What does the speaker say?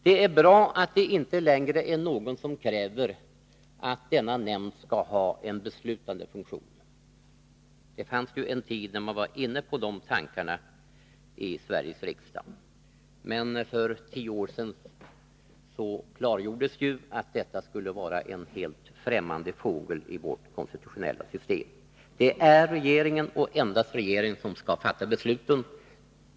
Det är bra att det inte längre är någon som kräver att denna nämnd skall ha en beslutande funktion. Det fanns en tid när man var inne på de tankarna i Sveriges riksdag, men för tio år sedan klargjordes att detta skulle vara en helt främmande fågel i vårt konstitutionella system. Det är regeringen och endast regeringen som skall fatta besluten.